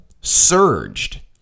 surged